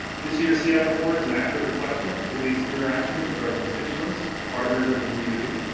this years seac report is an accurate reflection of the committee's interactions with our constituents, partners in the community.